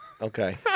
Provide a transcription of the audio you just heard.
Okay